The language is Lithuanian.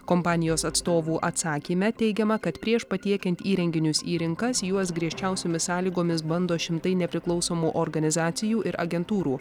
kompanijos atstovų atsakyme teigiama kad prieš patiekiant įrenginius į rinkas juos griežčiausiomis sąlygomis bando šimtai nepriklausomų organizacijų ir agentūrų